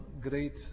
great